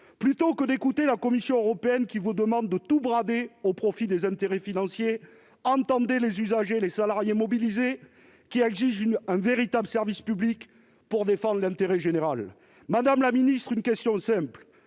Plutôt que d'écouter la Commission européenne, qui vous demande de tout brader aux profits des intérêts financiers, entendez les usagers et les salariés mobilisés qui exigent un véritable service public pour défendre l'intérêt général. Madame la ministre, ma question est simple